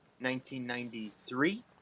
1993